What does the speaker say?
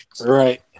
Right